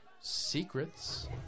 secrets